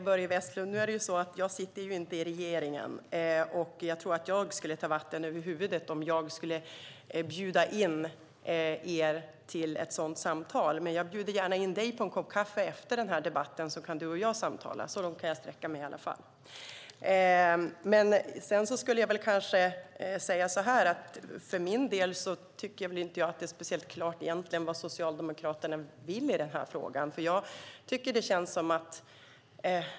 Herr talman! Jag sitter inte i regeringen, Börje Vestlund. Jag skulle ta mig vatten över huvudet om jag bjöd in er till ett sådant samtal. Jag bjuder dock gärna in dig på en kopp kaffe efter debatten så att du och jag kan samtala. Så långt kan jag i alla fall sträcka mig. För mig är det inte speciellt klart vad Socialdemokraterna vill i denna fråga.